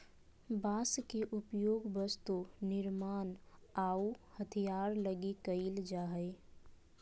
बांस के उपयोग वस्तु निर्मान आऊ हथियार लगी कईल जा हइ